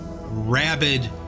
rabid